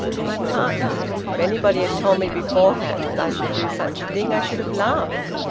my partner. if anybody had told me beforehand that i should do such a thing i should have laughed.